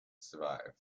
survive